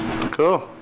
Cool